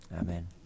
amen